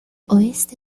oeste